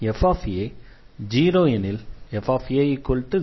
fa≠0 என இல்லாதபோது அவ்வாறு செய்ய முடியாது